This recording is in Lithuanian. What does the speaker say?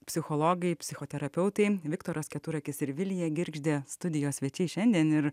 psichologai psichoterapeutai viktoras keturakis ir vilija girgždė studijos svečiai šiandien ir